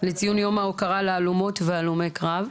לציון היום ההוקרה להלומות והלומי קרב.